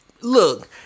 Look